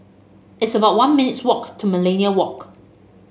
it's about one minute's walk to Millenia Walk